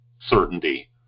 certainty